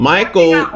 Michael